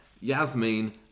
Yasmin